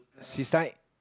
seaside